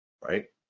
right